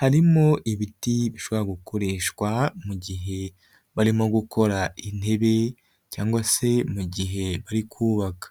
harimo ibiti bishobora gukoreshwa mu gihe barimo gukora intebe cyangwa se mu gihe bari kubaka.